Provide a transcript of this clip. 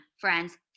friends